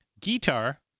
Guitar